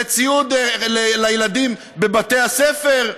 לציוד לילדים בבתי-הספר.